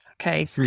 Okay